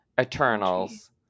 Eternals